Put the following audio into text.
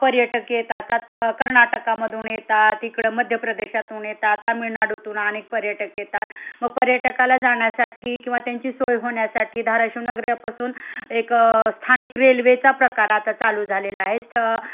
पर्यटक येत असतात क कर्नाटकामधून येतात इकडं मध्यप्रदेशातून येतात तामिळनाडूतून अनेक पर्यटक येतात मग पर्यटकाला जाण्यासाठी किंवा त्यांची सोय होण्यासाठी धाराशिव नगरापासून एक स्थानिक रेल्वेचा प्रकार आता चालू झालेला आहे स्थ